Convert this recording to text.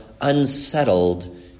unsettled